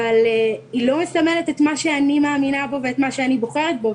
אבל היא לא מסמלת את מה שאני מאמינה בו ואת מה שאני בוחרת בו,